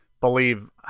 believe